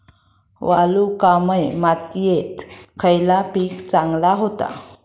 वालुकामय मातयेत खयला पीक चांगला होता?